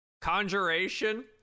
Conjuration